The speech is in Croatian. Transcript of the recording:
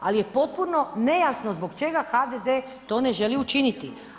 Ali je potpuno nejasno zbog čega HDZ-e to ne želi učiniti.